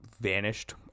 vanished